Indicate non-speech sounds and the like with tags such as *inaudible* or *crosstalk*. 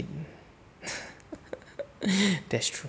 *noise* *laughs* that's true